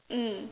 mm